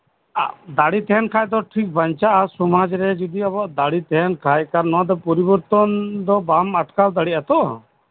ᱫᱟᱨᱮ ᱛᱟᱸᱦᱮᱱ ᱠᱷᱟᱱ ᱫᱚ ᱴᱷᱤᱠ ᱵᱟᱧᱪᱟᱜᱼᱟ ᱥᱚᱢᱟᱡ ᱨᱮ ᱡᱚᱫᱤ ᱟᱵᱚᱣᱟᱜ ᱫᱟᱲᱮ ᱛᱟᱸᱦᱮᱱ ᱠᱷᱟᱡ ᱱᱚᱣᱟ ᱫᱚ ᱯᱚᱨᱤᱵᱚᱨᱛᱚᱱ ᱫᱚ ᱵᱟᱢ ᱟᱴᱠᱟᱣ ᱫᱟᱲᱮᱭᱟᱜᱼᱟ ᱛᱚ